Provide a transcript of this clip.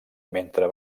mentre